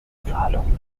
bezahlung